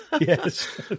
Yes